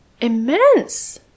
immense